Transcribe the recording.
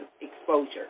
exposure